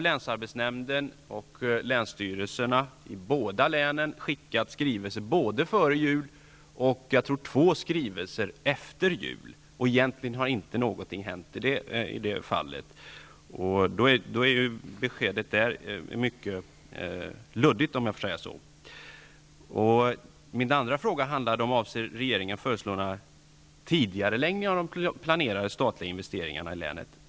Länsarbetsnämnden och länsstyrelsen i båda länen har skickat skrivelser, såväl före jul som efter jul, och egentligen har ingenting hänt i det fallet. Där är beskedet mycket luddigt. Min andra fråga var om regeringen avser att föreslå några tidigarelägganden av planerade statliga investeringar i länet.